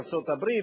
ארצות-הברית,